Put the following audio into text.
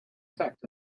effect